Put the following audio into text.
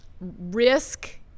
risk